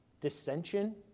Dissension